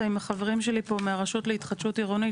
עם החברים שלי פה מהרשות להתחדשות עירונית,